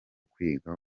kwiga